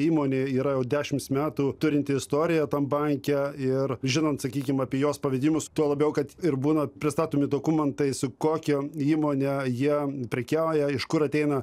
įmonė yra jau dešimts metų turinti istoriją tam banke ir žinant sakykim apie jos pavedimus tuo labiau kad ir būna pristatomi dokumentai su kokią įmonę jie prekiauja iš kur ateina